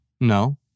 No